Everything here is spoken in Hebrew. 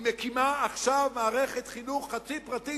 היא מקימה עכשיו מערכת חינוך חצי פרטית,